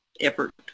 effort